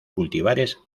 cultivares